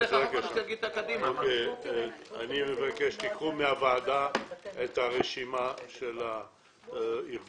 אני מבקש שתיקחו מהוועדה את רשימת הארגונים,